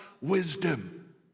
Wisdom